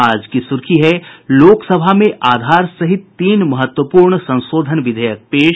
आज की सुर्खी है लोकसभा में आधार सहित तीन महत्वपूर्ण संशोधन विधेयक पेश